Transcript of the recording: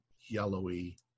yellowy